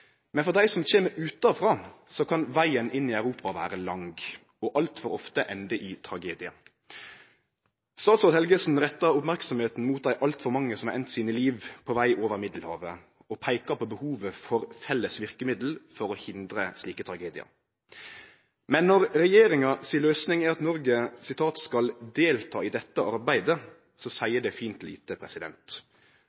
men for dei som kjem utanfrå, kan vegen inn i Europa vere lang og alt for ofte ende i tragedie. Statsråd Helgesen retta merksemda mot dei alt for mange som har enda sine liv på veg over Middelhavet, og peika på behovet for felles virkemiddel for å hindre slike tragediar. Men når regjeringa si løysing er at Noreg «skal delta i dette arbeidet»,